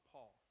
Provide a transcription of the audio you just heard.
Paul